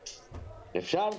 אפשר?